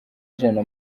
ijana